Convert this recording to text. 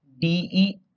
DE